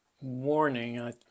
warning